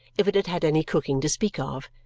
if it had had any cooking to speak of,